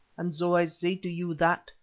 and so i say to you that,